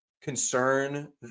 concern